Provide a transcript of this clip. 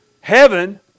heaven